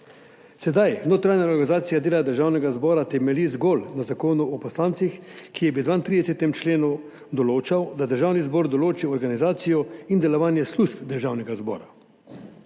Sedaj notranja organizacija dela Državnega zbora temelji zgolj na Zakonu o poslancih, ki v 32. členu določa, da Državni zbor določi organizacijo in delovanje služb Državnega zbora.